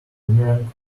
boomerang